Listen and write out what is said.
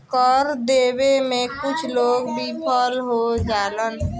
कर देबे में कुछ लोग विफल हो जालन